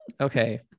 okay